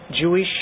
Jewish